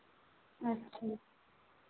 अच्छा